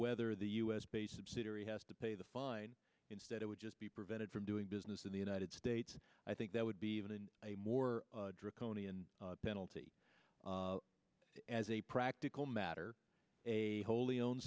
whether the u s based subsidiary has to pay the fine instead it would just be prevented from doing business in the united states i think that would be even a more draconian penalty as a practical matter a wholly own